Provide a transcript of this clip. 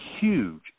huge